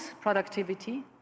productivity